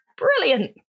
Brilliant